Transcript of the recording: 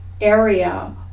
area